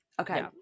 Okay